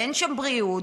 ואין שם בריאות,